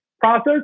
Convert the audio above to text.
process